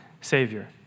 savior